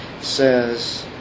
says